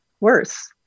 worse